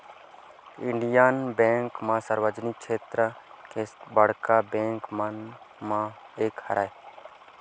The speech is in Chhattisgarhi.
इंडियन बेंक ह सार्वजनिक छेत्र के बड़का बेंक मन म एक हरय